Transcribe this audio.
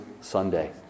Sunday